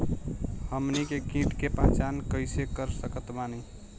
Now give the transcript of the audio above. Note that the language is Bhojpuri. हमनी के कीट के पहचान कइसे कर सकत बानी?